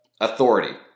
authority